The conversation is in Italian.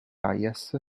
hayes